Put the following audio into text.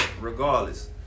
regardless